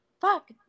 fuck